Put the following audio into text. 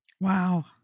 Wow